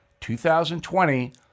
2020